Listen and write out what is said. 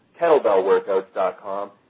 KettlebellWorkouts.com